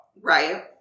Right